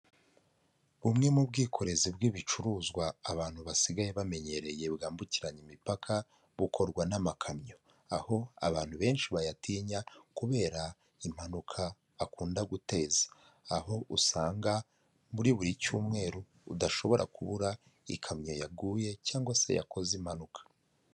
Bumwe mu bwikorezi bw'ibicuruzwa, abantu basigaye bamenyereye bwambukiranya imipaka bukorwa n'amakamyo, aho abantu benshi bayatinya kubera impanuka akunda guteza, aho usanga muri buri cyumweru udashobora kubura ikamyo yaguye, cyangwa se yakoze impanuka.